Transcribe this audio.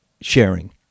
sharing